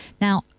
now